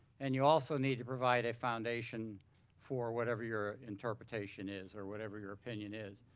and you also need to provide a foundation for whatever your interpretation is or whatever your opinion is.